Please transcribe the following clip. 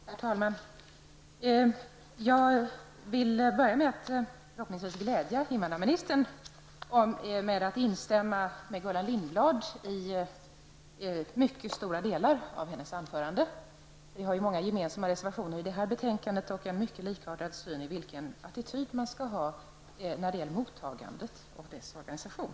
Herr talman! Jag vill börja med att förhoppningsvis glädja invandrarministern genom att instämma med Gullan Lindblad i mycket stora delar av hennes anförande. Vi har många gemensamma reservationer till detta betänkande och en likartad syn när det gäller mottagandet och dess organisation.